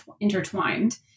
intertwined